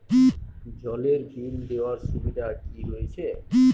জলের বিল দেওয়ার সুবিধা কি রয়েছে?